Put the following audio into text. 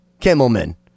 Kimmelman